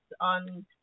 on